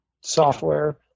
software